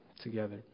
together